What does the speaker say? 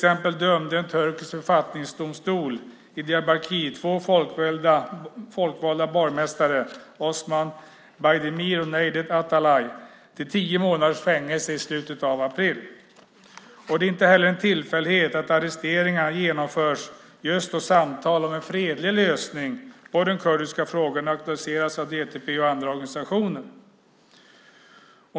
En turkisk författningsdomstol i Diyarbakir dömde till exempel två folkvalda borgmästare, Osman Baydemir och Nejdet Atalay, till tio månaders fängelse i slutet av april. Det är inte heller en tillfällighet att arresteringar genomförs just då samtal om en fredlig lösning på den kurdiska frågan aktualiseras av DTP och andra organisationer.